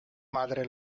madre